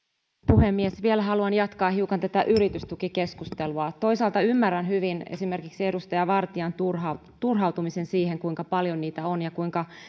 puhemies vielä haluan jatkaa hiukan tätä yritystukikeskustelua toisaalta ymmärrän hyvin esimerkiksi edustaja vartian turhautumisen siihen kuinka paljon niitä on ja kuinka